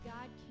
God